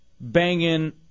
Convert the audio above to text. banging